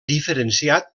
diferenciat